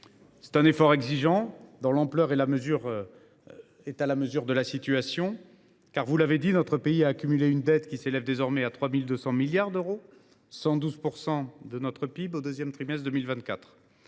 C’est un effort exigeant, dont l’ampleur est à la mesure de la situation. Vous l’avez dit : notre pays a accumulé une dette qui s’élève désormais à 3 200 milliards d’euros, représentant 112 % de notre PIB au deuxième trimestre de 2024.